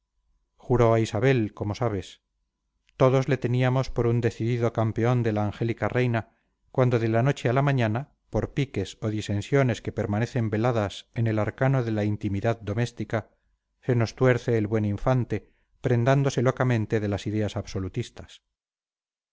juró a isabel como sabes todos le teníamos por un decidido campeón de la angélica reina cuando de la noche a la mañana por piques o disensiones que permanecen veladas en el arcano de la intimidad doméstica se nos tuerce el buen infante prendándose locamente de las ideas absolutistas